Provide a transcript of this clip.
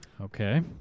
okay